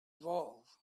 evolve